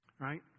Right